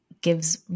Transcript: gives